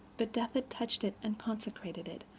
but death had touched it and consecrated it,